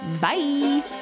Bye